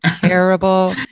terrible